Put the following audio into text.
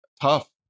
tough